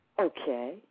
Okay